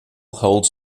holds